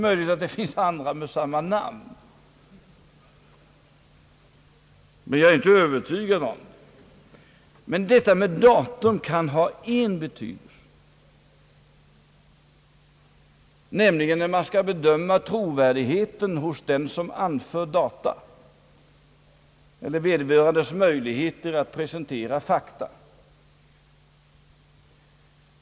Möjligen kan det gälla andra med samma namn, men jag finner inte den eventualiteten särskilt övertygande! Detta med datum kan ha betydelse i ett fall, nämligen om man vill bedöma trovärdigheten hos den som anför uppgiften och vederbörandes möjligheter att presentera fakta.